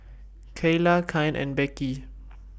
Keyla Kyan and Beckie